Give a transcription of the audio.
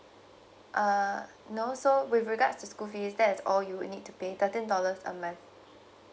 uh no so with regards to school fees that is all you need to pay thirteen dollars a month